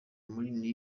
muri